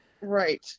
Right